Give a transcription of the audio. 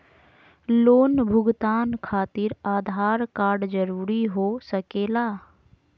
Loan भुगतान खातिर Aadhaar card जरूरी हो सके ला?